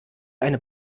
eine